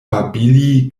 babili